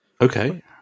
Okay